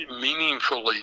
meaningfully